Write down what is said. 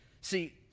See